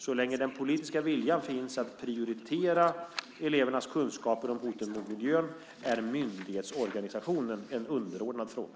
Så länge den politiska viljan finns att prioritera elevernas kunskaper om hoten mot miljön är myndighetsorganisationen en underordnad fråga.